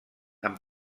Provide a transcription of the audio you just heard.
amb